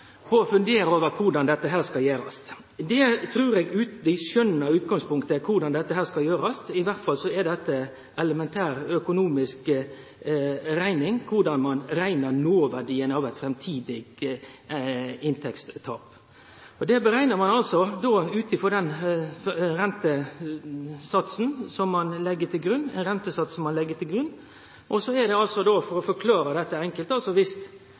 over korleis dette skal gjerast. Eg trur dei i utgangpunktet skjønar korleis dette skal gjerast. I alle fall er dette elementær økonomisk rekning – korleis ein reknar noverdien av eit framtidig inntektstap. Det bereknar ein ut frå den rentesatsen ein legg til grunn. For å forklare dette enkelt: Om ein kommune taper 11 mill. kr, skal han få dette kompensert i 15 år, og så skal ein trappe ned i ytterlegare fem år. Då vil det vere slik at